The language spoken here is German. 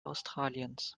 australiens